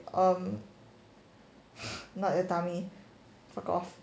uh rub your tummy fuck off